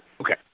Okay